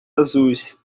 azuis